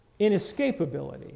inescapability